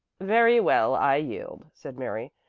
very well, i yield, said mary,